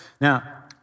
Now